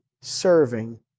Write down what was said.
serving